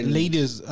ladies